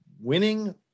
winning